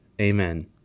Amen